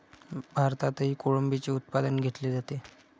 भारतातही कोळंबीचे उत्पादन घेतले जाते